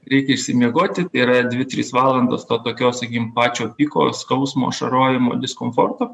reikia išsimiegoti tai yra dvi trys valandos to tokio sakykim pačio piko skausmo ašarojimo diskomforto